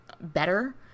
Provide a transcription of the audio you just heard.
better